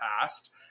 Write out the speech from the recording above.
past